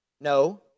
No